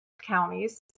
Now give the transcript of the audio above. counties